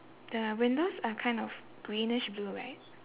the windows are kind of greenish blue right